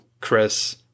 Chris